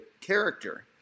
character